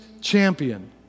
champion